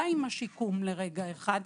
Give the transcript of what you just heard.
די עם השיקום לרגע אחד,